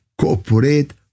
cooperate